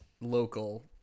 local